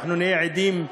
אנחנו נהיה עדים,